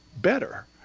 better